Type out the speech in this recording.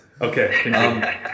Okay